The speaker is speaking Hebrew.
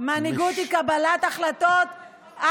היא קבלת החלטות.